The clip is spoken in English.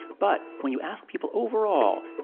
but when you ask people overall,